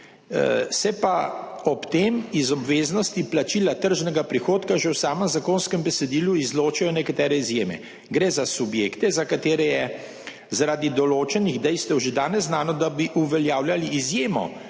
Se pa ob tem iz obveznosti plačila tržnega prihodka že v samem zakonskem besedilu izločajo nekatere izjeme. Gre za subjekte, za katere je zaradi določenih dejstev že danes znano, da bi uveljavljali izjemo